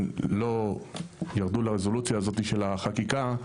לא ירדו לרזולוציה הזאת של החקיקה,